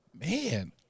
man